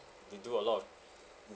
they do a lot of